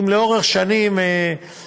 באוצר חושבים שכן.